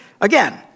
Again